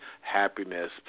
happiness